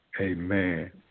Amen